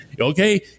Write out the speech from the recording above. Okay